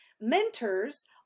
mentors